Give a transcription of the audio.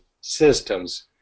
systems